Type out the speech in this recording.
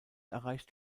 erreicht